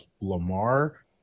Lamar